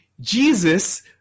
Jesus